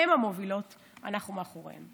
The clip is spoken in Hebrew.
הן המובילות, אנחנו מאחוריהן.